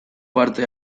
parte